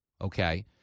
okay